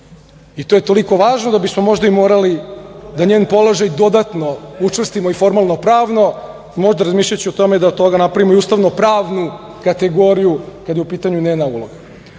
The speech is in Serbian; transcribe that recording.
i to je toliko važno da bismo možda i morali da njen položaj dodatno učvrstimo i formalno pravno, možda razmišljajući o tome da od toga napravimo i ustavno-pravnu kategoriju kada je u pitanju njena uloga. Dobro